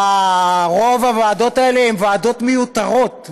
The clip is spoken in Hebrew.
רוב הוועדות האלה הן ועדות מיותרות,